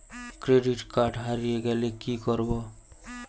Credit card হারিয়ে গেলে কি করব?